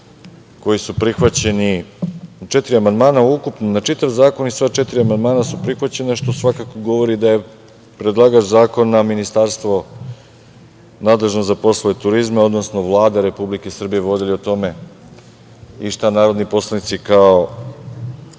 da su podneta samo četiri amandmana ukupno na čitav zakon i sva četiri su prihvaćena, što svakako govori da je predlagač zakona, ministarstvo nadležno za poslove turizma, odnosno Vlada Republike Srbije vodili računa i šta narodni poslanici kao